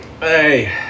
Hey